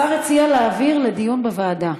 השר הציע להעביר לדיון בוועדה.